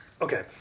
Okay